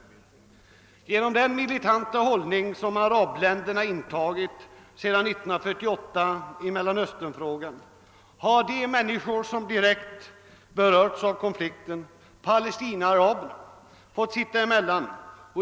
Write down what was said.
Genom den militanta hållning som arabländerna intagit sedan 1948 i Mellanöstern har de människor som direkt berörts av konflikten — palestinaaraberna — råkat i kläm.